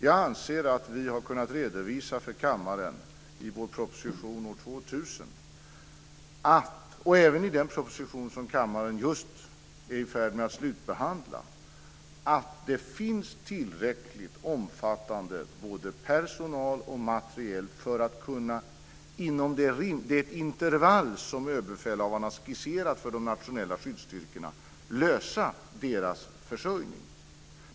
Jag menar att vi i vår proposition år 2000 och även i den proposition som riksdagen nu är i färd med att slutbehandla har redovisat att det finns tillräckligt omfattande personal och materiel för att inom det intervall som överbefälhavaren har skisserat lösa försörjningen för de nationella skyddsstyrkorna.